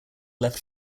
left